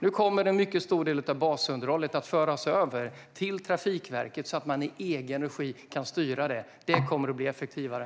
Nu kommer en mycket stor del av basunderhållet att föras över till Trafikverket, så att man kan styra det i egen regi. Det kommer att bli effektivare.